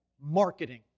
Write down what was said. marketing